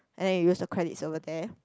and then you also credit over there